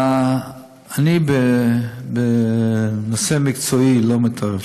אני בנושא מקצועי לא מתערב.